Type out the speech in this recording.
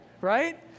Right